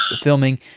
filming